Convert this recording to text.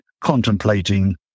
contemplating